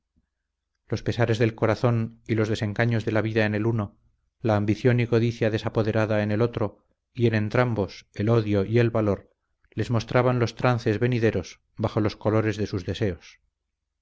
los pesares del corazón y los desengaños de la vida en el uno la ambición y codicia desapoderada en el otro y en entrambos el odio y el valor les mostraban los trances venideros bajo los colores de sus deseos